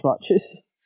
matches